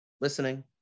listening